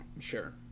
sure